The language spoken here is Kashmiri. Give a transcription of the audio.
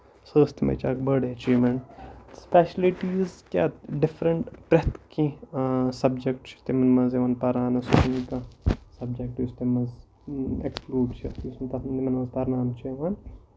سۄ ٲسۍ تَمِچ اکھ بٔڑ ایچیومیٚنٹ سٕپیشلی تِہنٛز کیاہ ڈِفریٚنٹ پرٮ۪تھ کیٚنٛہہ سَبجکٹ چھُ تِمن منٛز یِوان پرناونہٕ سُہ چُھ نہٕ کانٛہہ سَبجکٹ یُس تَمہِ منٛز ایکٕسپٕلور تِمن منٛز پرناونہٕ چھُ یِوان